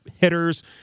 hitters